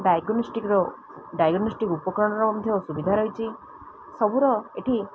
ଡାଇଗ୍ନୋଷ୍ଟିକର diagnostic ଉପକରଣର ମଧ୍ୟ ସୁବିଧା ରହିଛି ସବୁର ଏଠି